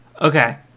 Okay